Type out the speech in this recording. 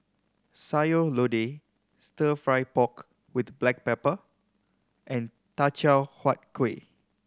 Sayur Lodeh Stir Fry pork with black pepper and Teochew Huat Kueh